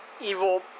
evil